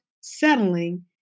settling